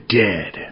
dead